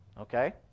Okay